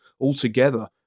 altogether